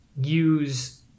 use